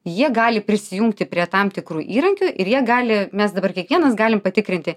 jie gali prisijungti prie tam tikrų įrankių ir jie gali mes dabar kiekvienas galim patikrinti